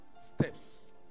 steps